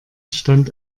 stand